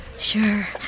Sure